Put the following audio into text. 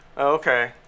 okay